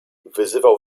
wyzywał